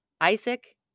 Isaac